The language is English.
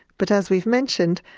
but, as we've mentioned,